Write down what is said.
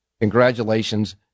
congratulations